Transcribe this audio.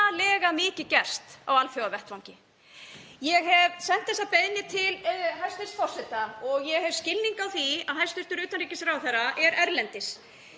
mikið gerst á alþjóðavettvangi. Ég hef sent þessa beiðni til hæstv. forseta og ég hef skilning á því að hæstv. utanríkisráðherra er erlendis